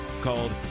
called